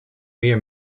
meer